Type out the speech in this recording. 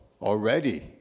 already